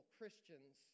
Christians